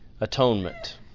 Atonement